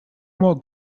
more